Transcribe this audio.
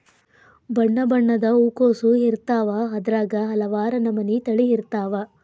ಬಣ್ಣಬಣ್ಣದ ಹೂಕೋಸು ಇರ್ತಾವ ಅದ್ರಾಗ ಹಲವಾರ ನಮನಿ ತಳಿ ಇರ್ತಾವ